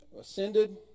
ascended